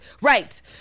right